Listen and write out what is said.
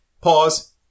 pause